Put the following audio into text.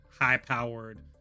high-powered